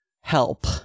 help